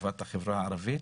לטובת החברה הערבית,